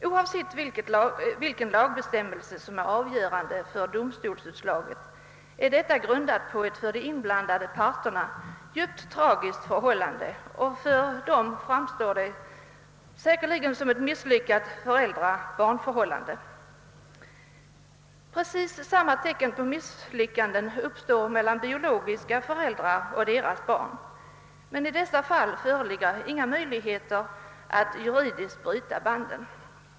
Oavsett vilken lagbestämmelse som är avgörande för domstolsutslaget, är detta grundat på ett för de inblandade parterna djupt tragiskt förhållande, som för dem säkerligen framstår som ett misslyckat föräldrar —barn-förhållande. Precis samma misslyckanden uppstår mellan biologiska föräldrar och deras barn. Men i dessa fall föreligger inga möjligheter att juridiskt bryta banden.